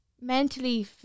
mentally